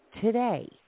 today